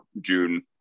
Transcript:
June